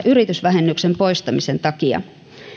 yritysvähennyksen poistamisen takia